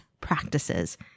practices